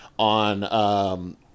on